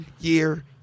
year